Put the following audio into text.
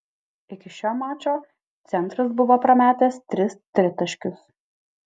iki šio mačo centras buvo prametęs tris tritaškius